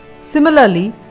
Similarly